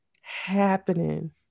happening